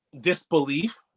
disbelief